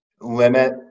limit